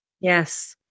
Yes